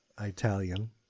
Italian